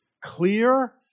clear